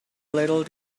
little